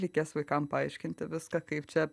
reikės vaikam paaiškinti viską kaip čia